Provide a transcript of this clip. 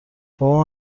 بابام